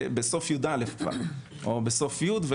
בסוף כיתה י' או בסוף כיתה י"א כבר,